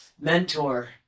mentor